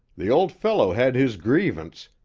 the old fellow had his grievance,